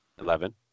eleven